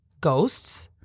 ghosts